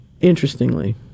Interestingly